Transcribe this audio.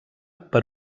per